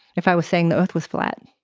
if i was saying the earth was flat